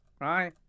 right